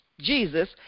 Jesus